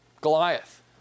Goliath